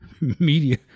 media